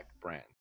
Brand